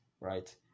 Right